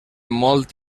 molt